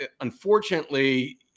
unfortunately